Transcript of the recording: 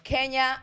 Kenya